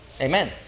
Amen